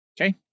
Okay